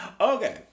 Okay